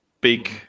big